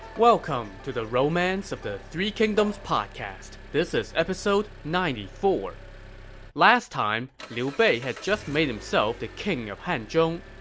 welcome to the romance of the three kingdoms podcast. this is episode ninety four point last time, liu bei had just made himself the king of hanzhong.